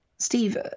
Steve